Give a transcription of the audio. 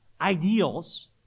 ideals